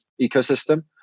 ecosystem